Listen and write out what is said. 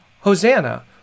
Hosanna